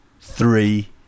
Three